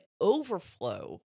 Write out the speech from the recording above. overflow